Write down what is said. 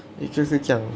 就是这样